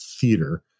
theater